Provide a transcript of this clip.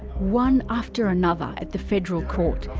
one after another at the federal court,